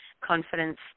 confidence